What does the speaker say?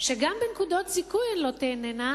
שגם מנקודות זיכוי הן לא תיהנינה,